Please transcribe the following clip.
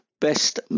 Best